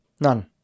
None